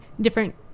different